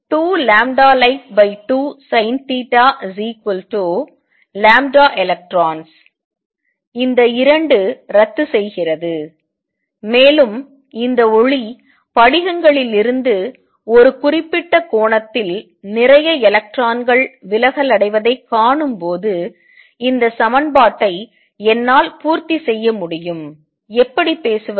2light2Sinθelectrons இந்த 2 ரத்துசெய்கிறது மேலும் இந்த ஒளி படிகங்களிலிருந்து ஒரு குறிப்பிட்ட கோணத்தில் நிறைய எலக்ட்ரான்கள் விலகலடைவதைக் காணும்போது இந்த சமன்பாட்டை என்னால் பூர்த்தி செய்ய முடியும் எப்படி பேசுவது